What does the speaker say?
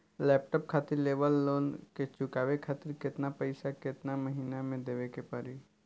Laptop खातिर level loan के चुकावे खातिर केतना पैसा केतना महिना मे देवे के पड़ी?